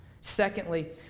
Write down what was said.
Secondly